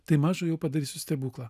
tai mažu jau padarysiu stebuklą